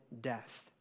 death